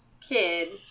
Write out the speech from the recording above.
kid